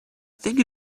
think